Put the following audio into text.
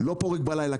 לא פורק בלילה,